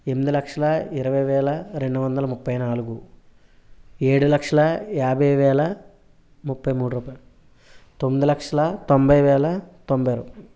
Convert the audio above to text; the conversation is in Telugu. ఎనిమిది లక్షల ఇరవై వేల రెండు వందల ముప్పై నాలుగు ఏడు లక్షల యాభై వేల ముప్పైమూడు రూపాయలు తొమ్మిది లక్షల తొంభై వేల తొంభై రూపాయలు